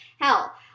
hell